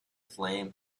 flame